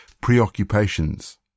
preoccupations